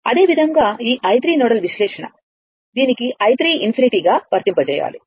అదేవిధంగా ఈ i3 nodal విశ్లేషణ దీనికి i 3 ∞ గా వర్తింపజేయాలి